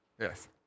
Yes